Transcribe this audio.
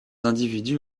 individus